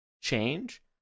change